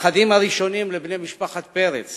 הנכדים הראשונים לבני משפחת פרץ